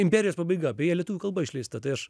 imperijos pabaiga beje lietuvių kalba išleista tai aš